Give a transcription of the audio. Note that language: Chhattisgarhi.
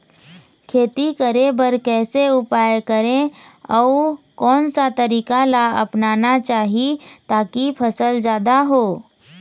खेती करें बर कैसे उपाय करें अउ कोन कौन सा तरीका ला अपनाना चाही ताकि फसल जादा हो?